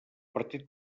partit